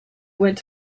went